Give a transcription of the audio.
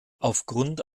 aufgrund